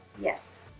Yes